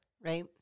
Right